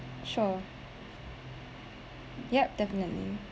sure yup definitely